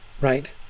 right